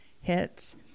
hits